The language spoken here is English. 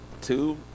Two